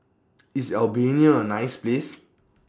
IS Albania A nice Place